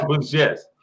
Yes